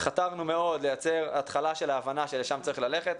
חתרנו מאוד לייצר התחלה של ההבנה שלשם צריך ללכת.